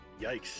Yikes